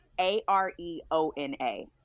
A-R-E-O-N-A